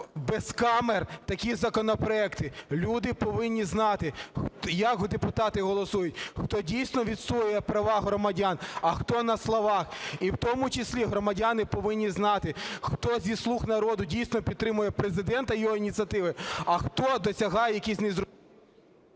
без камер такі законопроекти. Люди повинні знати, як депутати голосують, хто дійсно відстоює права громадян, а хто на словах, і в тому числі громадяни повинні знати, хто зі "слуг народу" дійсно підтримує Президента, його ініціативи, а хто досягає якісь...